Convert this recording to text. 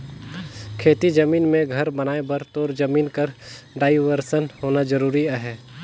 खेती जमीन मे घर बनाए बर तोर जमीन कर डाइवरसन होना जरूरी अहे